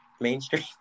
mainstream